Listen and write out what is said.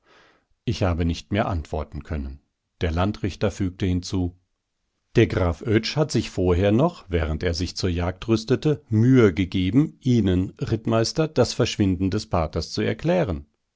ich habe nicht mehr antworten können der landrichter fügte hinzu der graf oetsch hat sich vorher noch während er sich zur jagd rüstete mühe gegeben ihnen rittmeister das verschwinden des paters zu erklären